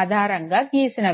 ఆధారంగా గీసినవి